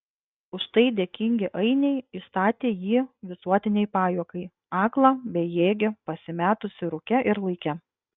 už tai dėkingi ainiai išstatė jį visuotinei pajuokai aklą bejėgį pasimetusį rūke ir laike